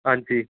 हां जी